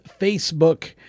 Facebook